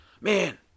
man